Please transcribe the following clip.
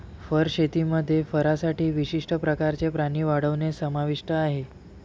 fur शेतीमध्ये फरसाठी विशिष्ट प्रकारचे प्राणी वाढवणे समाविष्ट आहे